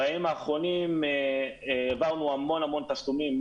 בימים האחרונים העברנו המון תשלומים.